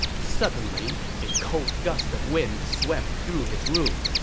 suddenly, a cold gust of wind swept through his room.